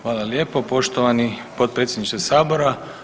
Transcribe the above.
Hvala lijepo poštovani potpredsjedniče sabora.